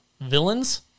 Villains